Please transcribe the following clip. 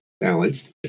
balanced